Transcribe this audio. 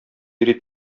йөри